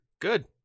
Good